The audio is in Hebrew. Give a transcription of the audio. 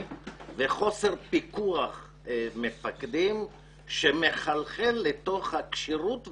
וחוסר פיקוח של מפקדים שמחלחל לתוך הכשירות והמוכנות.